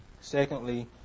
Secondly